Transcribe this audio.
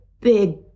big